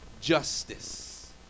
justice